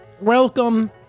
Welcome